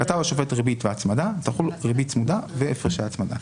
כתב השופט ריבית והצמדה תחול ריבית צמודה והפרשי הצמדה.